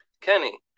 Kenny